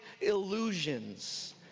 illusions